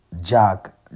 Jack